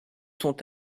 sont